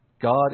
God